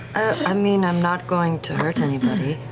i mean, i'm not going to hurt anybody.